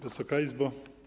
Wysoka Izbo!